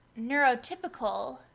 Neurotypical